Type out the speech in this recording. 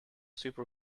super